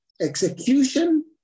execution